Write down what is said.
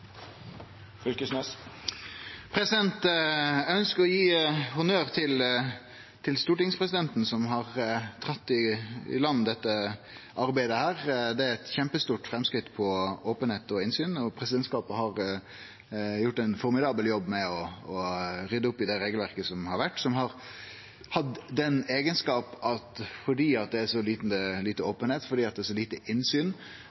å gi honnør til stortingspresidenten, som har dratt i land dette arbeidet. Det er eit kjempestort framsteg for openheit og innsyn, og presidentskapet har gjort ein formidabel jobb med å rydde opp i det regelverket som har vore, som har,